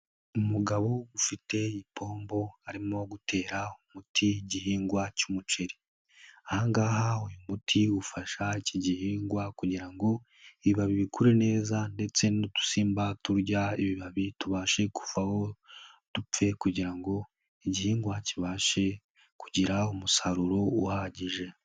Umugabo ufite ipombo arimo gutera umuti igihingwa cy'umuceri. Aha ngaha umuti ufasha iki gihingwa kugira ngo ibibabi bikure neza ndetse n'udusimba turya ibibabi tubashe kuvaho dupfe kugira ngo igihingwa kibashe kugira umusaruro uhagije.